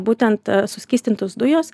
būtent suskystintos dujos